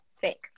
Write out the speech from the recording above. fake